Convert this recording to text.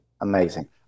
amazing